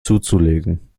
zuzulegen